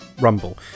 rumble